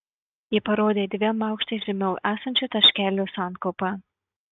ji parodė į dviem aukštais žemiau esančių taškelių sankaupą